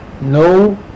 No